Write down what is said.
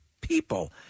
people